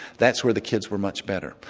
that's where the kids were much better.